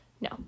no